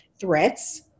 threats